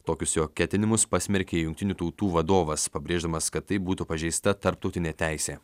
tokius jo ketinimus pasmerkė jungtinių tautų vadovas pabrėždamas kad taip būtų pažeista tarptautinė teisė